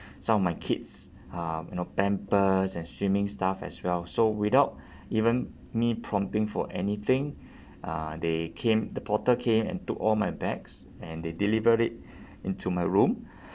some of my kids uh you know pampers and swimming stuff as well so without even me prompting for anything uh they came the porter came and took all my bags and they delivered it into my room